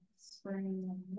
spring